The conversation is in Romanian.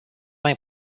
mai